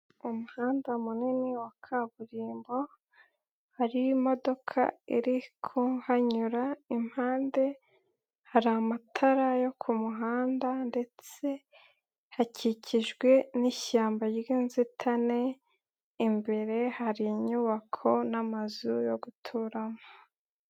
Umuhanda munini wa kaburimbo, hari imodoka iri kuhanyura impande, hari amatara yo ku muhanda ndetse hakikijwe n'ishyamba ry'inzitane, imbere hari inyubako n'amazu yo guturamo.